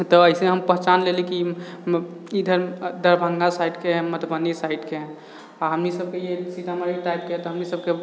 तऽ अइसे हम पहचान लेली कि इधर दरभङ्गा साइडके हय मधुबनी साइडके हय आओर हमी सभके ये सीतामढ़ी टाइपके तऽ हमनी सभके